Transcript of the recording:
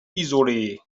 isolés